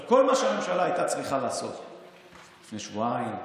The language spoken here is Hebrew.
כל מה שהממשלה הייתה צריכה לעשות לפני שבועיים,